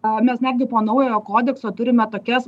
o mes netgi po naujojo kodekso turime tokias